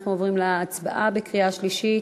אנחנו עוברים להצבעה בקריאה שלישית.